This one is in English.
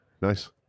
Nice